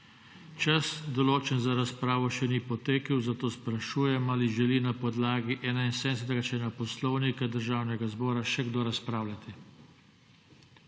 Čas, določen za razpravo, še ni potekel, zato sprašujem, ali želi na podlagi 71. člena Poslovnika Državnega zbora še kdo razpravljati?